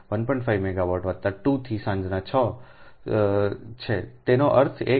5 megawatt વત્તા 2 થી સાંજના 6 સુધી છેતેનો અર્થ એ કે 4 કલાકનો ભાર 2